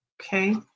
okay